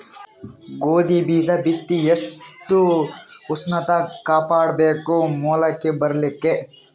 ಗೋಧಿ ಬೀಜ ಬಿತ್ತಿ ಎಷ್ಟ ಉಷ್ಣತ ಕಾಪಾಡ ಬೇಕು ಮೊಲಕಿ ಬರಲಿಕ್ಕೆ?